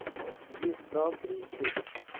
یہِ کرٛاکرِی چھِ